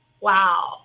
wow